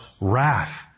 wrath